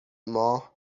ماه